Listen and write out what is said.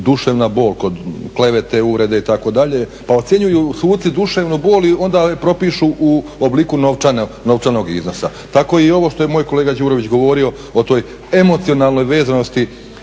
duševna bol kod klevete, uvrede itd. pa ocjenjuju suci duševnu bol i onda propišu u obliku novčanog iznosa. Tako i ovo što je moj kolega Đurović govorio o toj emocionalnoj vezanosti